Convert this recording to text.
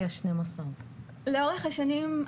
לאורך השנים,